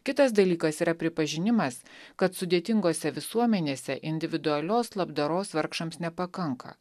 kitas dalykas yra pripažinimas kad sudėtingose visuomenėse individualios labdaros vargšams nepakanka